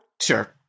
Sure